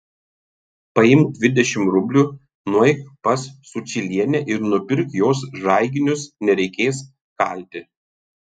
paimk dvidešimt rublių nueik pas sučylienę ir nupirk jos žaiginius nereikės kalti